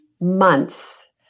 months